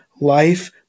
life